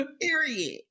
Period